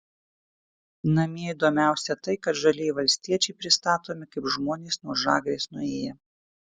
namie įdomiausia tai kad žalieji valstiečiai pristatomi kaip žmonės nuo žagrės nuėję